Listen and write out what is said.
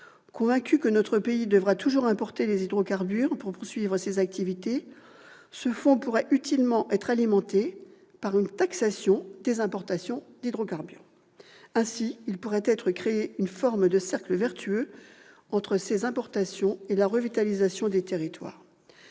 Convaincue que notre pays devra toujours importer des hydrocarbures pour poursuivre ses activités, je propose que ce fonds soit utilement alimenté par une taxation des importations d'hydrocarbures. Ainsi, il pourrait être créé une forme de cercle vertueux entre ces importations et la revitalisation des territoires.